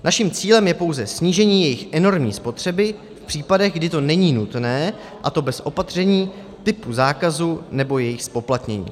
Naším cílem je pouze snížení jejich enormní spotřeby v případech, kdy to není nutné, a to bez opatření typu zákazu nebo jejich zpoplatnění.